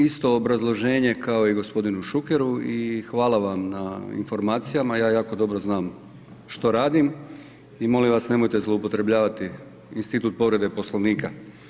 Isto obrazloženje kao i g. Šukeru i hvala vam na informacijama, ja jako dobro znam što radim i molim vas nemojte zloupotrebljavati institut povrede Poslovnika.